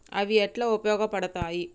అవి ఎట్లా ఉపయోగ పడతాయి?